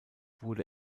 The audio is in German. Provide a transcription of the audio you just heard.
wurde